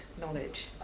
knowledge